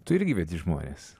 tu irgi vedi žmones